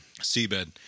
seabed